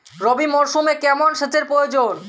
রবি মরশুমে কেমন সেচের প্রয়োজন?